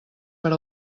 per